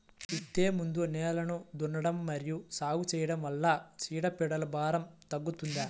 విత్తే ముందు నేలను దున్నడం మరియు సాగు చేయడం వల్ల చీడపీడల భారం తగ్గుతుందా?